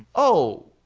oh!